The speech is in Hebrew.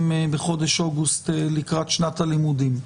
בחודש אוגוסט לקראת פתיחת שנת הלימודים,